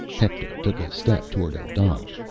hector took a step toward odal.